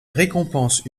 récompense